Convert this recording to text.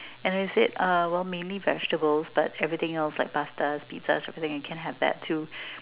and I said uh well mainly vegetables but everything else like pastas pizzas I can have that too